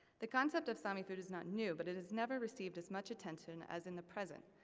the concept of sami food is not new, but it has never recieved as much attention as in the present.